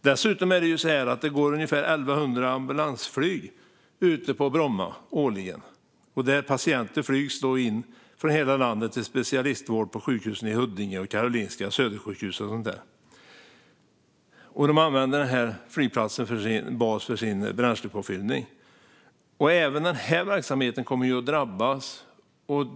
Dessutom är det ungefär 1 100 ambulansflygningar på Bromma årligen. Patienter flygs in från hela landet till specialistvård på Karolinska i Huddinge och Södersjukhuset och så vidare. De använder flygplatsen som bas för sin bränslepåfyllning. Även den verksamheten kommer att drabbas.